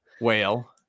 whale